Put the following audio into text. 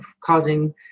causing